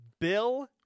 Bill